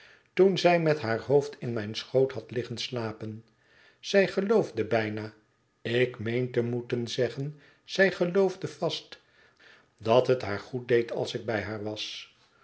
toen zij met haar hoofd in mijn schoot had liggen slapen zij geloofde bijna ik meen te moeten zeggen zij geloofde vast dat het haar goed deed als ik bij haar was